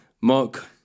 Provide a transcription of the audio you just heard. Mark